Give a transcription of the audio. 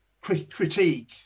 critique